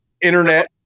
internet